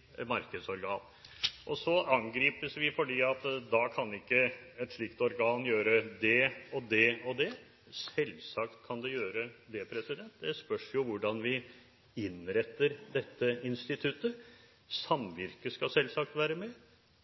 ikke kan gjøre det og det og det. Selvsagt kan det gjøre det. Det spørs jo hvordan vi innretter dette instituttet. Samvirket skal selvsagt være med.